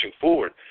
forward